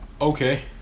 Okay